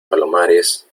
palomares